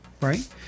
right